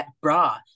bra